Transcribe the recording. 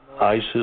ISIS